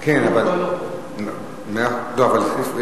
לא נמצא,